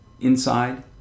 inside